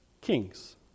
Kings